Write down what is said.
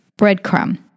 breadcrumb